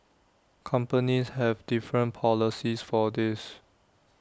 companies have different policies for this